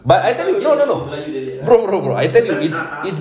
but I tell you no no no bro bro bro I tell you it's